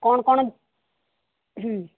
କ'ଣ କ'ଣ